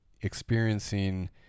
experiencing